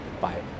Bye